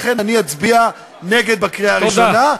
לכן אני אצביע נגד בקריאה הראשונה,